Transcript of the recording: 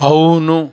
అవును